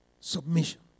submission